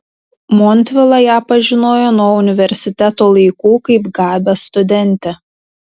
montvila ją pažinojo nuo universiteto laikų kaip gabią studentę